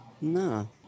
no